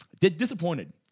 disappointed